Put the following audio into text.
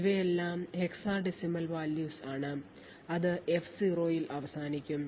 ഇവയെല്ലാം hexadecimal values ആണ് അത് F0 ൽ അവസാനിക്കും